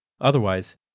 Otherwise